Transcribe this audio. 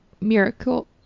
miracle